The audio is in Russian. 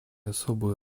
особую